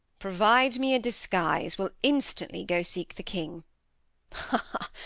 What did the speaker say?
provide me a disguise, we'll instantly go seek the king ha!